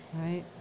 Right